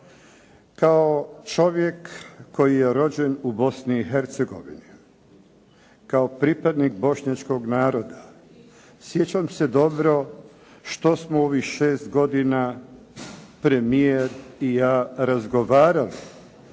kao čovjek koji je rođen u Bosni i Hercegovini, kao pripadnik Bošnjačkog naroda sjećam se dobro što smo u ovih šest godina premijer i ja razgovarali,